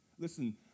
Listen